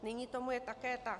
Nyní tomu je také tak.